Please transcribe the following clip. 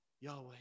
Yahweh